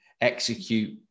execute